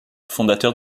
fondateur